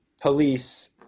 police